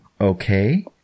okay